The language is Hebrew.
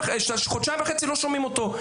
חודשיים וחצי לא שומעים אותו.